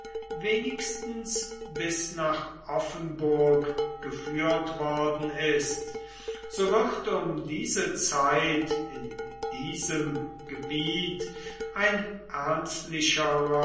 wenigstens bis nach offenburg geführt worden ist so wird um diese zeit in diesem gebiet ein